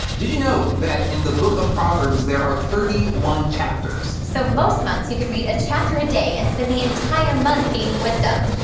did you know that in the book of proverbs, there are thirty one chapters? so, most months, you could read a chapter a day and spend the entire month gaining wisdom.